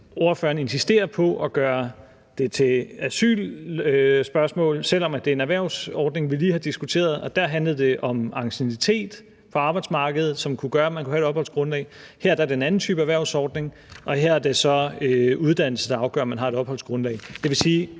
ordføreren insisterer på at gøre det til et asylspørgsmål, selv om det er en erhvervsordning, vi lige har diskuteret, og der handlede det om anciennitet på arbejdsmarkedet, som kunne gøre, at man kunne have et opholdsgrundlag, mens det her er en anden type erhvervsordning, og her er det så uddannelse, der afgør, om man har et opholdsgrundlag.